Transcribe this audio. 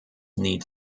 need